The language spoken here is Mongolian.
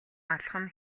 алхам